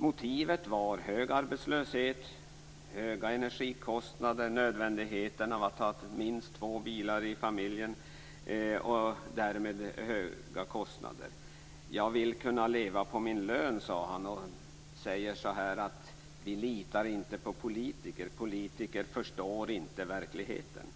Motivet var hög arbetslöshet, höga energikostnader, nödvändigheten av att ha minst två bilar i familjen och därmed höga kostnader. Jag vill kunna leva på min lön, sade han och fortsatte: Vi litar inte på politiker. Politiker förstår inte verkligheten.